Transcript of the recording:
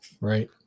right